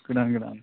गोदान गोदान